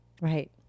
Right